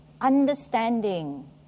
understanding